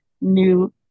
New